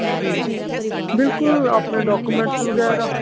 ਜੀ ਬਿਲਕੁਲ ਆਪਣੇ ਡਾਕੂਮੈਂਟਸ ਵਗੈਰਾ